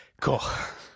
Cool